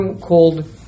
called